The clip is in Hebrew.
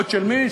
ועוד של מי?